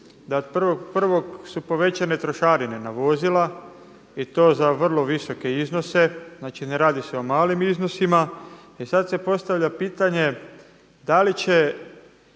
da su od 1.1. povećane trošarine na vozila i to za vrlo visoke iznose, znači ne radi se o malim iznosima. I sada se postavlja pitanje, da li će